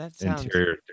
interior